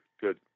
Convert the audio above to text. Good